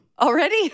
Already